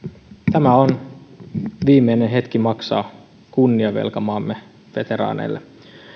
tämä on viimeinen hetki maksaa kunniavelka maamme veteraaneille